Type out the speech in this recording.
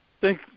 Thank